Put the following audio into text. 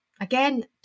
again